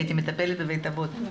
הייתי מטפלת בבית אבות,